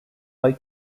eye